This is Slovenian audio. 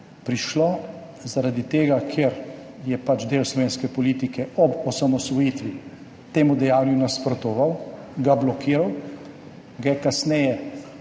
prišlo zaradi tega, ker je del slovenske politike ob osamosvojitvi temu dejanju nasprotoval, ga blokiral. Kasneje,